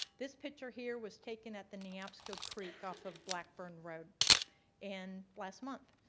this picture here was taken at the neabsco creek off of blackburn road and last month,